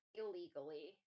illegally